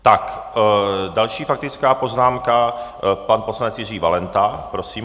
Tak další faktická poznámka, pan poslanec Jiří Valenta, prosím.